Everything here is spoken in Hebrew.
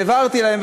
והבהרתי להן,